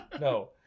No